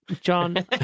John